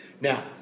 Now